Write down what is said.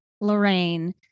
Lorraine